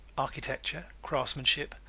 architecture, craftsmanship,